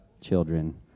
children